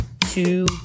two